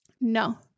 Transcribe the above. no